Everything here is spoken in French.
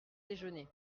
déjeuné